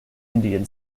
indian